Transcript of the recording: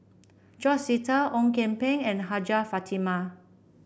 George Sita Ong Kian Peng and Hajjah Fatimah